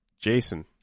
Jason